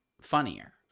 funnier